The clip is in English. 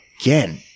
Again